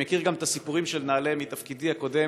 אני מכיר את הסיפורים של נעל"ה גם מתפקידי הקודם.